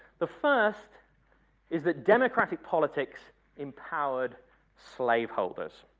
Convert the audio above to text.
the first is that democratic politics empowered slaveholders.